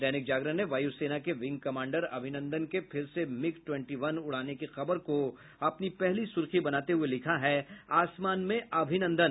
दैनिक जागरण ने वायु सेना के विंग कमांडर अभिनंदन के फिर से मिग ट्वेंटी वन उड़ाने की खबर को अपनी पहली सुर्खी बनाते हुए लिखा है आसमान में अभिनंदन